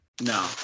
No